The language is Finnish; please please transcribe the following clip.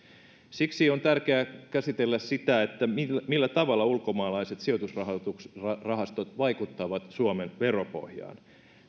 siksi on tärkeää käsitellä sitä millä millä tavalla ulkomaalaiset sijoitusrahastot vaikuttavat suomen veropohjaan